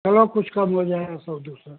चलो कुछ कम हो जाएगा सौ दो सौ